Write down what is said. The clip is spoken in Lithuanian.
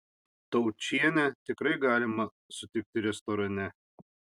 taučienę tikrai galima sutikti restorane